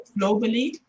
globally